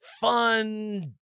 fun